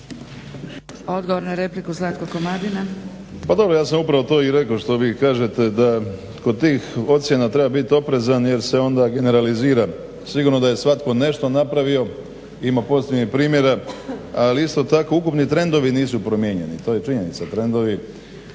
**Komadina, Zlatko (SDP)** Pa dobro ja sam upravo to i rekao što vi kažete da kod tih ocjena treba biti oprezan jer se onda generalizira. Sigurno da je svatko nešto napravio, ima pozitivnih primjera, ali isto tako ukupni trendovi nisu promijenjeni, to je činjenica. Pa